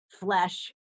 flesh